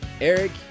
eric